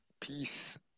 Peace